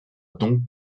donc